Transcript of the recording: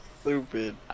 Stupid